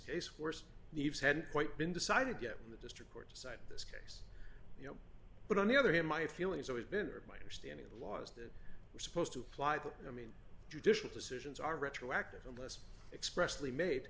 case worse leaves hadn't quite been decided yet when the district court decide this case you know but on the other hand my feeling is always been or my understanding of the laws that were supposed to apply that i mean judicial decisions are retroactive unless expressly made